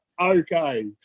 okay